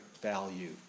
value